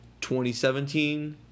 2017